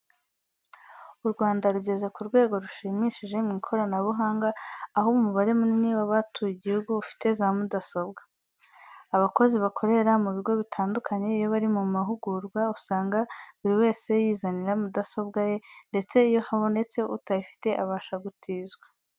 U Rwanda rugeze ku rwego rushimishije mu ikoranabuhanga, aho umubare munini w'abatuye igihugu ufite za mudasobwa. Abakozi bakorera mu bigo bitandukanye iyo bari mu mahugurwa usanga buri wese yizanira mudasobwa ye, ndetse iyo habonetse utayifite abasha gutizwa.